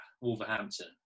wolverhampton